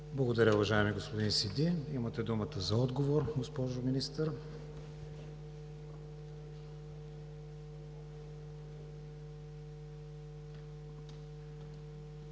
Благодаря, уважаеми господин Сиди. Имате думата за отговор, госпожо Министър.